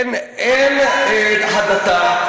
אין הדתה,